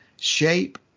Shape